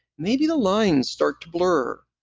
maybe the lines start to blur.